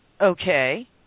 okay